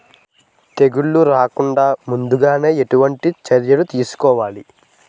తెగుళ్ల రాకుండ ముందుగానే ఎటువంటి చర్యలు తీసుకోవాలి?